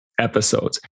episodes